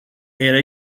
era